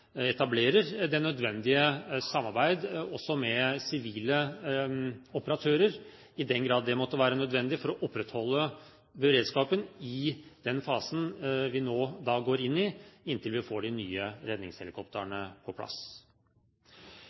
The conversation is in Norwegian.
etablerer det nødvendige samarbeid også med sivile operatører, i den grad det måtte være nødvendig, for å opprettholde beredskapen i den fasen vi nå går inn i, inntil vi får de nye redningshelikoptrene på plass.